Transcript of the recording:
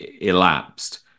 elapsed